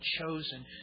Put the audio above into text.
chosen